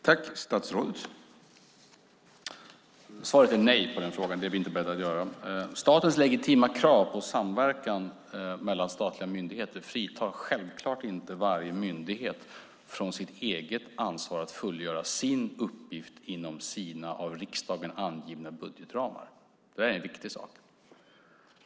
Herr talman! Svaret på denna fråga är: Nej, det är vi inte beredda att göra. Statens legitima krav på samverkan mellan statliga myndigheter fritar självklart inte varje myndighet från dess eget ansvar att fullgöra sin uppgift inom sina av riksdagen angivna budgetramar. Det är en viktig sak.